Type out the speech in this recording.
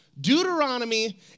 Deuteronomy